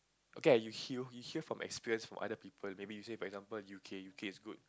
okay you hear you hear from experience from other people maybe you say for example u_k u_k is good